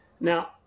Now